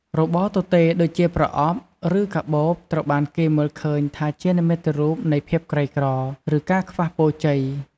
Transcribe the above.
របរទទេដូចជាប្រអប់ ឬកាបូបត្រូវបានគេមើលឃើញថាជានិមិត្តរូបនៃភាពក្រីក្រ ឬការខ្វះពរជ័យ។